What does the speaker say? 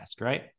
right